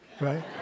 right